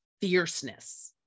fierceness